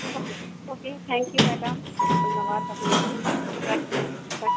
okay okay thank you madam ধন্যবাদ আপনাকে রাখছি হ্যাঁ রাখছি